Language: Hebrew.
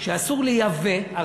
שאסור לייבא,